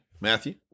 Matthew